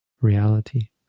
reality